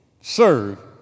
serve